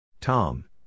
Tom